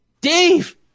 Dave